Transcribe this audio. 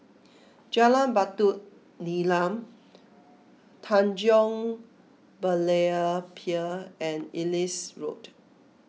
Jalan Batu Nilam Tanjong Berlayer Pier and Ellis Road